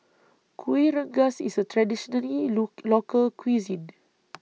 Kueh Rengas IS A traditionally Local Cuisine